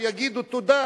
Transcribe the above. יגידו תודה